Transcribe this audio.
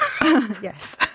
yes